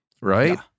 right